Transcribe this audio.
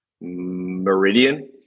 Meridian